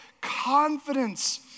confidence